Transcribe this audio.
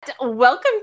Welcome